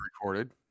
recorded